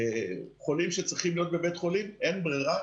חולים שצריכים להיות בבית חולים, אין ברירה.